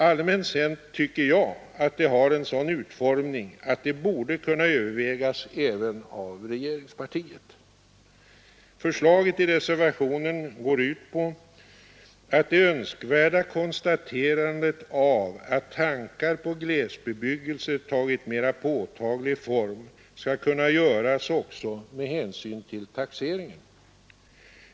Allmänt sett tycker jag att det har en sådan utformning att det borde kunna övervägas även av regeringspartiet. Förslaget i reservationen går ut på att det önskvärda konstaterandet av att tankar på glesbebyggelse ”tagit mera påtaglig form” skall kunna göras också med hänsyn till taxeringen.